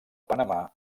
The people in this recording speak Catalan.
panamà